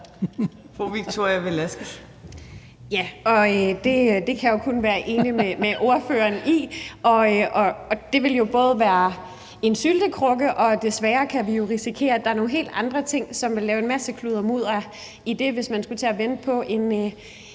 Det kan jeg jo kun være enig med ordføreren i. Det vil være en syltekrukke, og desværre kan vi jo også risikere, at der er nogle helt andre ting, som vil lave en masse skuddermudder i det, hvis man skulle til at vente på EU